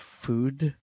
Food